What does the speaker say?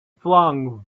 flung